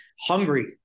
hungry